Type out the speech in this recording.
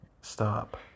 Stop